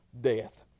death